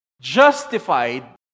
justified